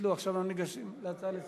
עכשיו אנחנו ניגשים להצעות לסדר-היום.